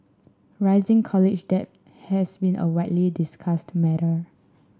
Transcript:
rising college debt has been a widely discussed matter